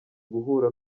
guhura